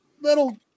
little